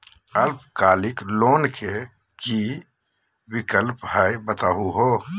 अल्पकालिक लोन के कि कि विक्लप हई बताहु हो?